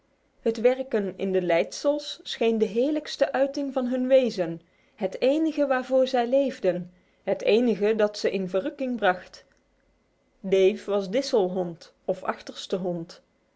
het werken in de leidsels scheen de heerlijkste uiting van hun wezen het enige waarvoor zij leefden het enige dat hen in verrukking bracht dave was disselhond of achterste hond